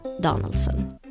Donaldson